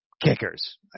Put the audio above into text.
Kickers